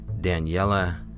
daniela